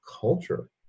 culture